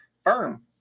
Firm